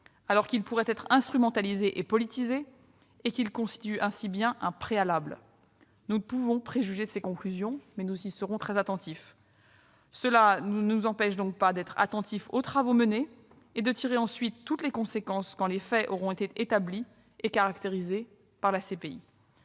alors qu'il risque d'être instrumentalisé et politisé, et qu'il constitue ainsi bien un préalable. Sans préjuger de ses conclusions, nous suivrons très attentivement son évolution. Cela ne nous empêche pas d'être attentifs aux travaux menés et de tirer, ensuite, toutes les conséquences quand les faits auront été établis et caractérisés par la CPI.